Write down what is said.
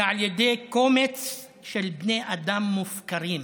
אלא על ידי קומץ של בני אדם מופקרים?"